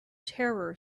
terror